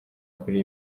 kuri